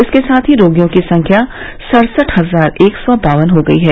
इसके साथ ही रोगियों की संख्या सड़सठ हजार एक सौ बावन हो गई है